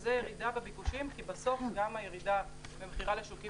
זה ירידה בביקושים כי בסוף גם הירידה במכירה לשווקים